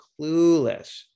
clueless